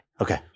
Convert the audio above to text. Okay